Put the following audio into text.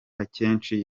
akenshi